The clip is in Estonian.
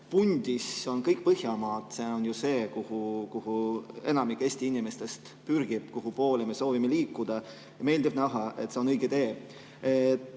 pundis on kõik Põhjamaad. See on ju see, kuhu enamik Eesti inimestest pürgib ja kuhupoole me soovime liikuda. Meeldiv näha, et see on õige tee.